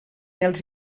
els